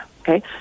Okay